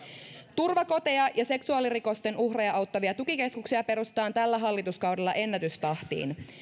turvakoteja ja seksuaalirikosten uhreja auttavia tukikeskuksia perustetaan tällä hallituskaudella ennätystahtiin